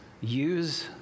Use